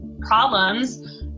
problems